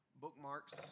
bookmarks